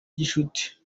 gicuti